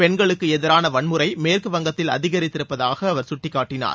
பெண்களுக்கு எதிராள வன்முறை மேற்கு வங்கத்தில் அதிகரித்திருப்பதாக அவர் சுட்டிக் காட்டினார்